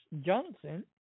Johnson